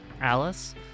Alice